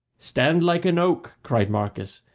stand like an oak, cried marcus,